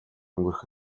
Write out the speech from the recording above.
өнгөрөх